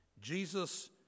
Jesus